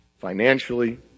financially